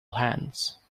hands